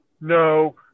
no